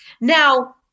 now